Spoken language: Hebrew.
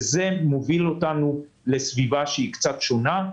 זה מוביל אותנו לסביבה קצת שונה.